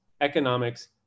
economics